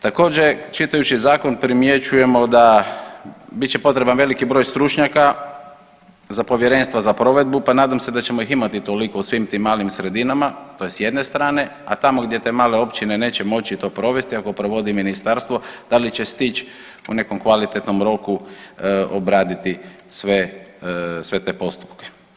Također čitajući zakon primjećujemo da, bit će potreban veliki broj stručnjaka za povjerenstva za provedbu, pa nadam se da ćemo ih imati toliko u svim tim malim sredinama to je s jedne strane, a tamo gdje te male općine neće moći to provesti, ako provodi ministarstvo da li će stići u nekom kvalitetnom roku obraditi sve te postupke.